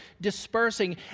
dispersing